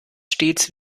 stets